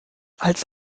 als